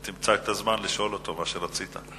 ותמצא את הזמן לשאול אותו מה שרצית.